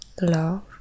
love